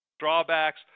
drawbacks